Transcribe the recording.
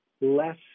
less